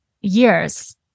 years